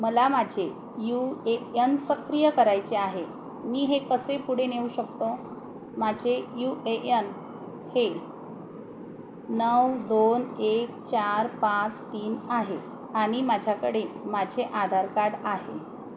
मला माझे U A N सक्रिय करायचे आहे मी हे कसे पुढे नेऊ शकतो माझे यू ए यन हे नऊ दोन एक चार पाच तीन आहे आणि माझ्याकडे माझे आधारकार्ड आहे